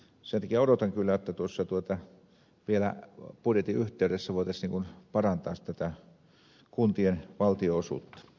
sen takia odotan kyllä että tuossa vielä budjetin yhteydessä voitaisiin parantaa tätä kuntien valtionosuutta